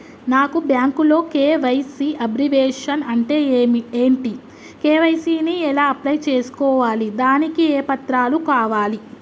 నాకు బ్యాంకులో KYC abbreviation అంటే ఏంటి కే.వై.సీ ని ఎలా అప్లై చేసుకోవాలి దానికి ఏ పత్రాలు కావాలి?